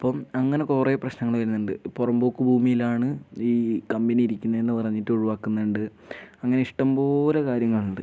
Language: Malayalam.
അപ്പം അങ്ങനെ കുറേ പ്രശ്നങ്ങൾ വരുന്നുണ്ട് പുറമ്പോക്ക് ഭൂമിയിലാണ് ഈ കമ്പനി ഇരിക്കുന്നത് എന്ന് പറഞ്ഞിട്ട് ഒഴിവാക്കുന്നുണ്ട് അങ്ങനെ ഇഷ്ടംപോലെ കാര്യങ്ങളുണ്ട്